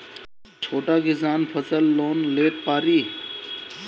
छोटा किसान फसल लोन ले पारी?